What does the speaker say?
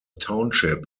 township